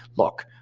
look,